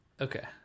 Okay